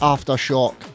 Aftershock